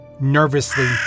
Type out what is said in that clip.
Nervously